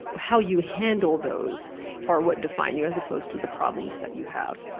how you handle those are what define you, as opposed to the problems that you have.